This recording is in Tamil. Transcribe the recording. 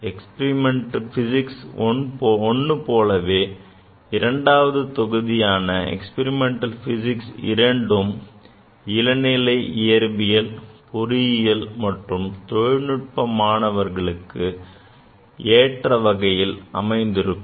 Experimental Physics I போலவே இரண்டாவது தொகுதியான Experimental Physics II ம் இளநிலை அறிவியல் பொறியியல் மற்றும் தொழில்நுட்ப மாணவர்களுக்கு ஏற்ற வகையில் அமைந்திருக்கும்